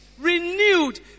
renewed